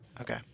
Okay